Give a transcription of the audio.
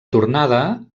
tornada